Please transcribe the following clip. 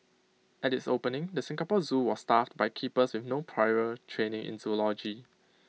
at its opening the Singapore Zoo was staffed by keepers with no prior training in zoology